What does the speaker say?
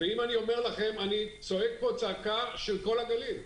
אני צועק פה צעקה של כל הגליל.